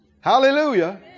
Hallelujah